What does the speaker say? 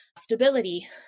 stability